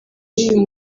y’uyu